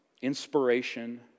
Inspiration